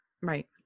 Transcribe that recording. Right